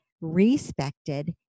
respected